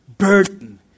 burden